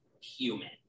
human